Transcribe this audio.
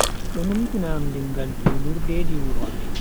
Do numtina am limgaal julurdeji wuro amin.